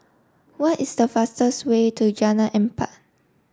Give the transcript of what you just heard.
what is the fastest way to Jalan Empat